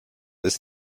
ist